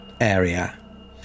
area